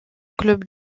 club